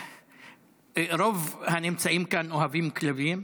רוב הנמצאים כאן אוהבים כלבים.